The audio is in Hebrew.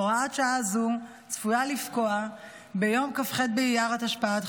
הוראת שעה זו צפויה לפקוע ביום כ"ח באייר התשפ"ד,